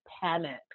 panic